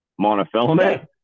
monofilament